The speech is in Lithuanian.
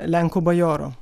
lenkų bajoro